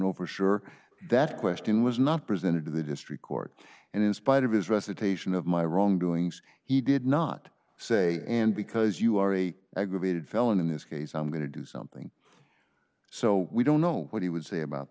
know for sure that question was not presented to the district court and in spite of his recitation of my wrongdoings he did not say and because you are a aggravated felon in this case i'm going to do something so we don't know what he would say about